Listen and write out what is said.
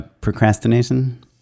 Procrastination